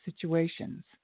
situations